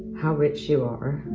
how rich you are,